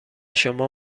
شما